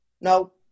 no